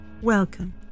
Welcome